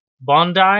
Bondi